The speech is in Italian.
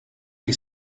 che